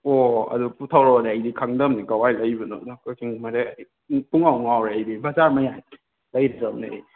ꯑꯣ ꯑꯗꯨ ꯄꯣꯊꯣꯔꯛꯑꯣꯅꯦ ꯑꯩꯗꯤ ꯈꯪꯗꯕꯅꯤꯅ ꯀꯥꯏꯋꯥꯏ ꯂꯩꯕꯅꯣꯗꯣ ꯀꯥꯛꯆꯤꯡ ꯃꯔꯦꯞ ꯄꯨꯡꯉꯥꯎ ꯉꯥꯎꯔꯦ ꯑꯩꯗꯤ ꯕꯖꯥꯔ ꯃꯌꯥꯏ ꯂꯩꯇ꯭ꯔꯕꯅꯦ ꯑꯩ